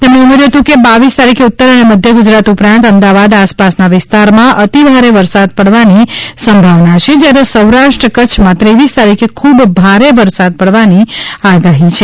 તેમણે ઉમેર્યું હતું કે બાવીસ તારીખે ઉત્તર અને મધ્ય ગુજરાત ઉપરાંત અમદાવાદ આસપાસના વિસ્તારમાં અતિ ભારે વરસાદ પડવાની સંભાવના છે જ્યારે સૌરાષ્ટ્ર કચ્છમાં ત્રેવીસ તારીખે ખૂબ ભારે વરસાદ પડવાની આગાહી છે